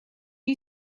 you